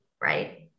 right